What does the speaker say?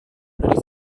dari